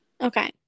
Okay